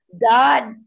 God